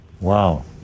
Wow